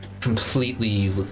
completely